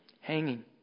hanging